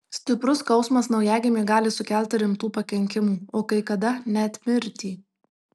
stiprus skausmas naujagimiui gali sukelti rimtų pakenkimų o kai kada net mirtį